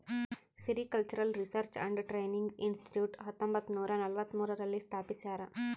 sericultural research and training institute ಹತ್ತೊಂಬತ್ತುನೂರ ನಲವತ್ಮೂರು ರಲ್ಲಿ ಸ್ಥಾಪಿಸ್ಯಾರ